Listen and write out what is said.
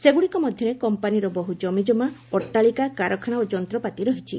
ସେଗୁଡ଼ିକ ମଧ୍ୟରେ କମ୍ପାନୀର ବହୁ ଜମିକମା ଅଟ୍ଟାଳିକା କାରଖାନା ଓ ଯନ୍ତ୍ରପାତି ରହିଛି